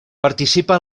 participa